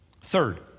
Third